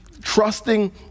trusting